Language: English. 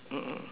mm mm